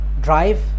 drive